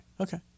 Okay